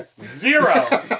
zero